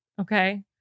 okay